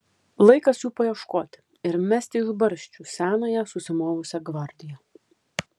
laikas jų paieškoti ir mesti iš barščių senąją susimovusią gvardiją